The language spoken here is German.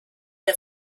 der